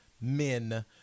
men